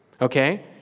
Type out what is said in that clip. okay